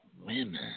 women